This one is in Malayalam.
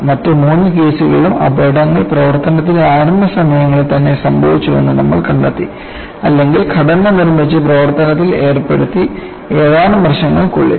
മറ്റ് മൂന്ന് കേസുകളിലും അപകടങ്ങൾ പ്രവർത്തനത്തിന്റെ ആരംഭ സമയങ്ങളിൽ തന്നെ സംഭവിച്ചുവെന്ന് നമ്മൾ കണ്ടു അല്ലെങ്കിൽ ഘടന നിർമ്മിച്ച് പ്രവർത്തനത്തിൽ ഏർപ്പെടുത്തി ഏതാനും വർഷങ്ങൾക്കുള്ളിൽ